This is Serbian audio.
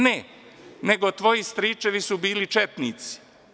Ne, nego tvoji stričevi su bili četnici.